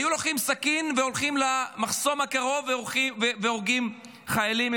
היו לוקחים סכין והולכים למחסום הקרוב והורגים חיילים,